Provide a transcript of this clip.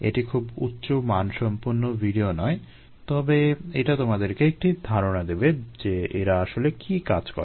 এটি খুব উচ্চ মানসম্পন্ন ভিডিও নয় তবে এটা তোমাদের একটি ধারণা দেবে যে এরা আসলে কী কাজ করে